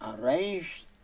arranged